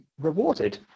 rewarded